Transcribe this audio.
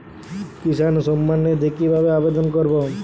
কিষান সম্মাননিধি কিভাবে আবেদন করব?